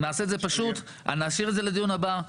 נעשה את זה פשוט ונשאיר את זה לדיון הבא,